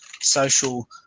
social